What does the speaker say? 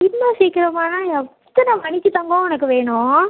இன்னும் சீக்கிரமானா எத்தனை மணிக்கு தங்கம் உனக்கு வேணும்